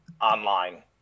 online